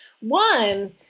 One